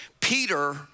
Peter